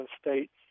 states